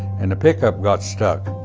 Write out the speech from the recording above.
and the pickup got stuck.